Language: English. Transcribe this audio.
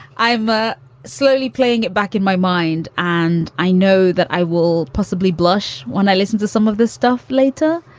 i'm ah slowly playing it back in my mind. and i know that i will possibly blush when i listen to some of this stuff later.